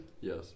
Yes